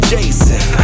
Jason